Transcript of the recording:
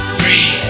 free